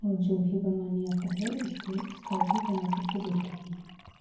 और जो भी बनवाने आता है उसको उसका भी बनाकर के देते हैं